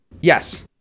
Yes